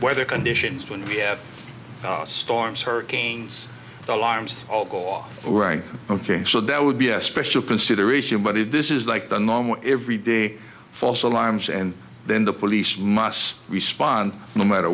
weather conditions when we have storms hurricanes alarms go off ok so that would be a special consideration but if this is like the normal every day false alarms and then the police must respond no matter